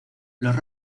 los